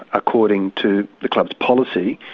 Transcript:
according to the club's policy,